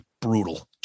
brutal